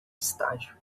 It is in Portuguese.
estágio